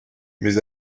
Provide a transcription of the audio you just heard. mes